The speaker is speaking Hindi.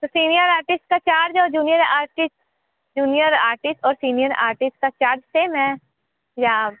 तो सीनियर आर्टिस्ट का चार्ज और जूनियर आर्टिस्ट जूनियर आर्टिस्ट और सीनियर आर्टिस्ट का चार्ज सेम है या